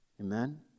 Amen